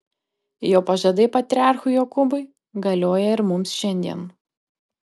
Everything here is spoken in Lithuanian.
jo pažadai patriarchui jokūbui galioja ir mums šiandien